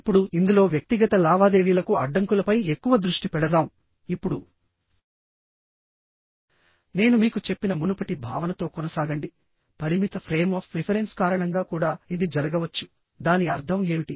ఇప్పుడు ఇందులో వ్యక్తిగత లావాదేవీలకు అడ్డంకులపై ఎక్కువ దృష్టి పెడదాంఇప్పుడు నేను మీకు చెప్పిన మునుపటి భావనతో కొనసాగండిపరిమిత ఫ్రేమ్ ఆఫ్ రిఫరెన్స్ కారణంగా కూడా ఇది జరగవచ్చు దాని అర్థం ఏమిటి